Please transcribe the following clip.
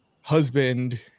husband